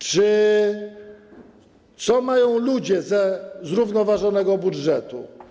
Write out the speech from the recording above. Co mają ludzie ze zrównoważonego budżetu?